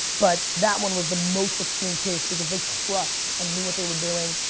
but that one was the most extreme case, because they crushed and knew what they were doing.